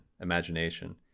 imagination